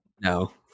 No